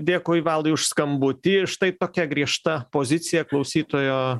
dėkui valdui už skambutį štai tokia griežta pozicija klausytojo